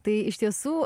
tai iš tiesų